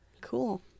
Cool